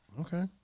okay